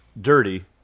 dirty